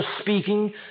speaking